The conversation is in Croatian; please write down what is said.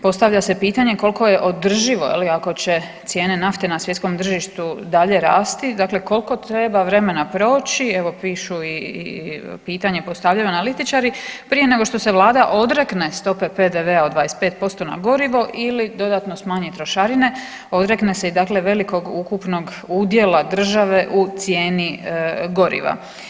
Postavlja se pitanje koliko je održivo ako će cijene nafte na svjetskom tržištu dalje rasti, dakle koliko treba vremena proći evo pišu i pitanja postavljaju analitičari, prije nego što se Vlada odrekne stope PDV-a od 25% na gorivo ili dodatno smanji trošarine odrekne se velikog ukupnog udjela države u cijeni goriva.